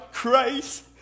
grace